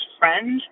friend